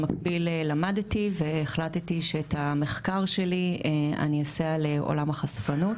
במקביל למדתי והחלטתי שאת המחקר שלי אני אעשה על עולם החשפנות.